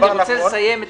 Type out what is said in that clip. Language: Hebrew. הרב גפני,